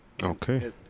Okay